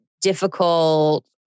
difficult